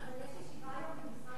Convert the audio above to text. יש ישיבה היום במשרד האוצר?